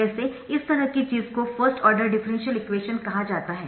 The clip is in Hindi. वैसे इस तरह की चीज को फर्स्ट आर्डर डिफरेंशियल इक्वेशन कहा जाता है